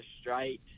straight